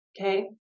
Okay